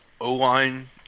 O-line